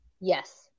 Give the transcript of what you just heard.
Yes